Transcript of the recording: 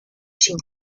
sin